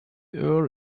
earl